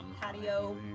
patio